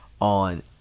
on